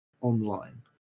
online